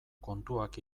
kontuak